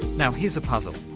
now here's a puzzle.